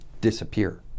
disappear